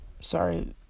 sorry